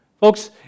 Folks